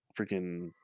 freaking